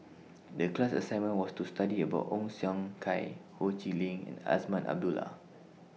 The class assignment was to study about Ong Siong Kai Ho Chee Lick and Azman Abdullah